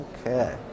Okay